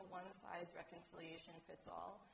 one-size-reconciliation-fits-all